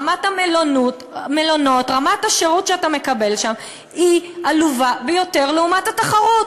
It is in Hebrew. רמת המלונות רמת השירות שאתה מקבל שם עלובה ביותר לעומת התחרות,